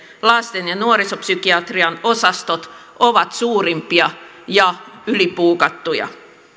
lasten ja nuorisopsykiatrian osastot ovat suurimpia ja ylibuukattuja